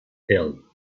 hill